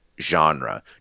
genre